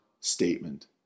statement